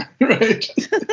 right